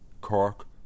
Cork